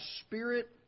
spirit